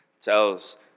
tells